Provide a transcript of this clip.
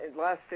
last